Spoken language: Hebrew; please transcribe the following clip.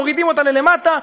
מורידים אותה למטה,